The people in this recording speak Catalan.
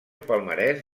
palmarès